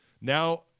Now